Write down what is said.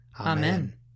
Amen